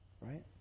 Right